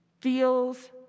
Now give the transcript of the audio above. feels